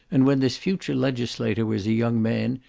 and when this future legislator was a young man,